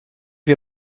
wir